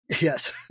Yes